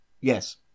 Yes